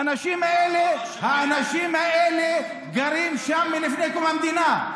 האנשים האלה גרים שם מלפני קום המדינה.